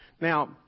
Now